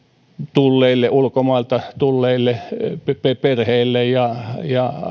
ulkomailta tulleille perheille ja